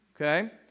Okay